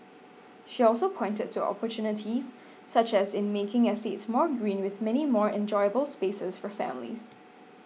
she also pointed to opportunities such as in making estates more green with many more enjoyable spaces for families